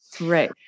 Right